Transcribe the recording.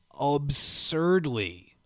absurdly